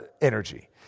energy